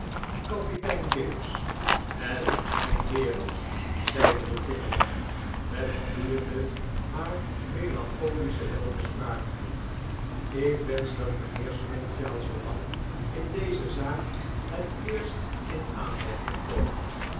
lossenkapitein gillops en mynheeren zeide de timmerman met vloeiende maar melancholische welbespraaktheid b ik wensch dat mynheer smallchild's belang in deze zaak het eerst in aanmerking kome